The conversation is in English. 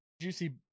Juicy